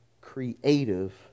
creative